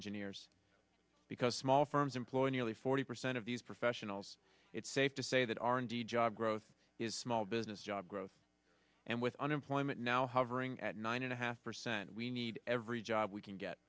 engineers because small firms employ nearly forty percent of these professionals it's safe to say that r and d job growth is small business job growth and with unemployment now hovering at nine and a half percent we need every job we can get